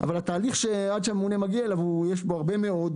אבל עד שהממונה מגיע אליו יש בתהליך הרבה מאוד